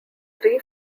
three